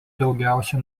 daugiausia